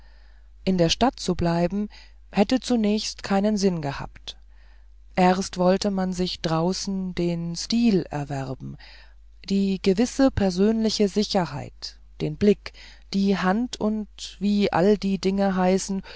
in der stadt zu bleiben hätte zunächst keinen sinn gehabt erst wollte man sich draußen den stil erwerben die gewisse persönliche sicherheit den blick die hand und wie alle die dinge heißen